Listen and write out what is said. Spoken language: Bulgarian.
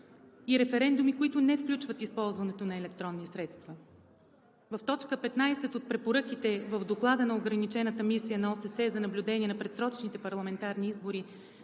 и референдуми, които не включват използването на електронни средства. В точка 15 от Препоръките в Доклада на ограничената мисия на ОССЕ за наблюдение на предсрочните парламентарни избори